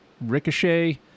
Ricochet